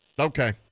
Okay